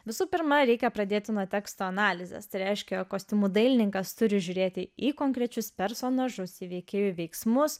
visų pirma reikia pradėti nuo teksto analizės tai reiškia jog kostiumų dailininkas turi žiūrėti į konkrečius personažus į veikėjų veiksmus